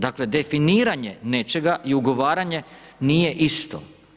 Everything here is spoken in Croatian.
Dakle definiranje nečega i ugovaranje nije isto.